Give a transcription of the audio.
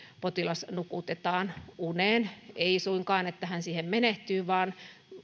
potilas nukutetaan uneen ei suinkaan jotta hän siihen menehtyy vaan